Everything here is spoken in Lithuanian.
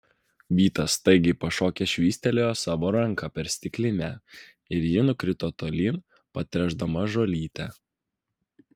vytas staigiai pašokęs švystelėjo savo ranka per stiklinę ir ji nukrito tolyn patręšdama žolytę